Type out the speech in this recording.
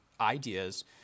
ideas